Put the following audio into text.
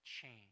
change